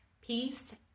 peace